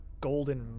golden